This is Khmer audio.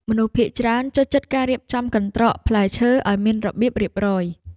មនុស្សភាគច្រើនចូលចិត្តការរៀបចំកន្ត្រកផ្លែឈើឱ្យមានរបៀបរៀបរយ។